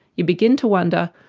you begin to wonder,